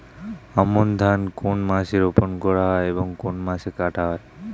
আমন ধান কোন মাসে রোপণ করা হয় এবং কোন মাসে কাটা হয়?